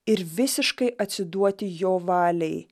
ir visiškai atsiduoti jo valiai